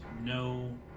no